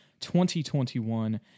2021